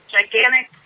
gigantic